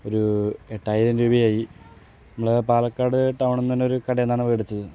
ഒരൂ എട്ടായിരം രൂപ ആയി നമ്മുടെ പാലക്കാട് ടൗണിൽ നിന്നുതന്നെ ഒരു കടയിൽ നിന്നാണ് മേടിച്ചത്